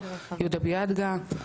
יהודה ביאדגה,